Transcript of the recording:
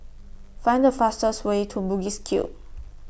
Find The fastest Way to Bugis Cube